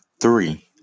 three